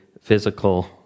physical